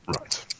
Right